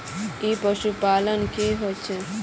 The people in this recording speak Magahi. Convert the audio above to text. ई पशुपालन की होचे?